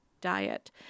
diet